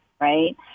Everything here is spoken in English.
right